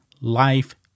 life